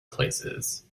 places